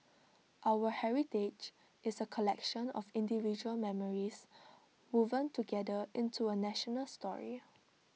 our heritage is A collection of individual memories woven together into A national story